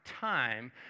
time